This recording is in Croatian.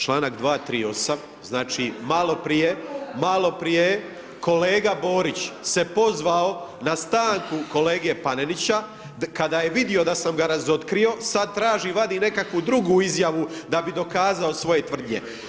Članak 238. znači maloprije, maloprije kolega Borić se pozvao na stanku kolege Panenića, kada je vidio da sam ga razotkrio sad traži vadi nekakvu drugu izjavu da bi dokazao svoje tvrdnje.